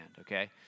Okay